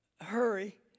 hurry